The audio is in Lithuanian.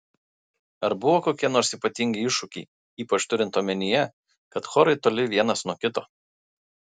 ar buvo kokie nors ypatingi iššūkiai ypač turint omenyje kad chorai toli vienas nuo kito